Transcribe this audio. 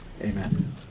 Amen